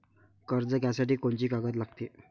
कर्ज घ्यासाठी कोनची कागद लागते?